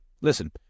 Listen